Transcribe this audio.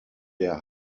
der